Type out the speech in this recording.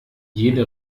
jede